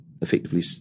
effectively